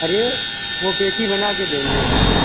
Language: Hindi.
अरे वो पेटी बना कर देंगे हम